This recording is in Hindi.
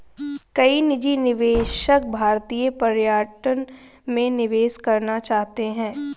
कई निजी निवेशक भारतीय पर्यटन में निवेश करना चाहते हैं